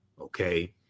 okay